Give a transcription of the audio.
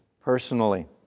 personally